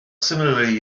similarly